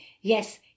Yes